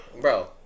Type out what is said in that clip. bro